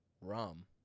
Rum